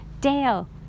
Dale